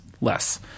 less